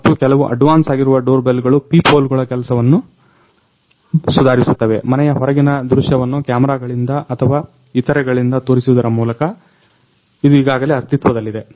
ಮತ್ತು ಕೆಲವು ಅಡ್ವಾನ್ಸ್ ಆಗಿರುವ ಡೋರ್ಬೆಲ್ಗಳು ಪೀಪ್ಹೋಲ್ಗಳ ಕೆಲಸವನ್ನ ಸುಧಾರಿಸುತ್ತವೆ ಮನೆಯ ಹೊರಗಿನ ದೃಶ್ಯವನ್ನು ಕ್ಯಾಮರಗಳಿಂದ ಆಥವಾ ಇತರೆಗಳಿಂದ ತೋರಿಸುವುದರ ಮೂಲಕ ಅದು ಈಗಾಗಲೆ ಅಸ್ತಿತ್ವದಲ್ಲಿದೆ